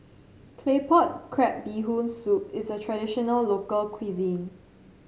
Claypot Crab Bee Hoon Soup is a traditional local cuisine